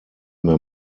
mehr